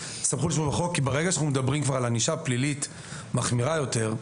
--- כי ברגע שאנחנו מדברים על ענישה פלילית מחמירה יותר,